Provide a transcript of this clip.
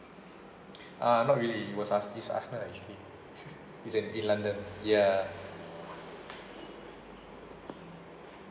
uh not really it was ars~ it's arsenal actually it's in london ya